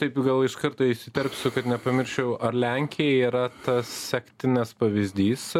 taip gal iš karto įsiterpsiu kad nepamirščiau ar lenkija yra tas sektinas pavyzdys